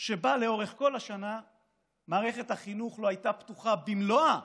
שבה לאורך כל השנה מערכת החינוך לא הייתה פתוחה במלואה